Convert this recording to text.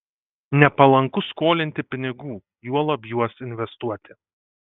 nepalanku skolinti pinigų juolab juos investuoti